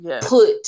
put